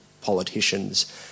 Politicians